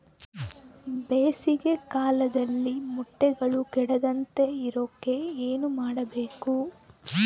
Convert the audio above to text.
ಬೇಸಿಗೆ ಕಾಲದಲ್ಲಿ ಮೊಟ್ಟೆಗಳು ಕೆಡದಂಗೆ ಇರೋಕೆ ಏನು ಮಾಡಬೇಕು?